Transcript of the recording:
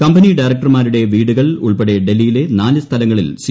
company ഡയറക്ടർമാരുടെ വീടുകൾ ഉൾപ്പെടെ ഡൽഹിയിലെ നാല് സ്ഥലങ്ങളിൽ സി